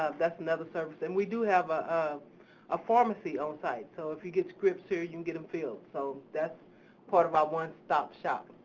that's another service. and we do have a ah pharmacy on site, so if you get scripts here you can get em filled. so that's part of our one-stop-shop.